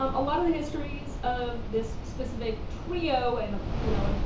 um a lot of the histories of this specific trio and, you know, ah